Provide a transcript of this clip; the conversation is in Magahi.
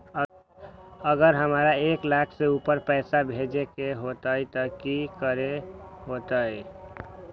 अगर हमरा एक लाख से ऊपर पैसा भेजे के होतई त की करेके होतय?